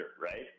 right